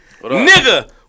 Nigga